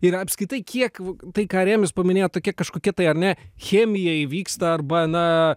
ir apskritai kiek v tai ką remis paminėjo tokia kažkokia tai ar ne chemija įvyksta arba na